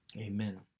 Amen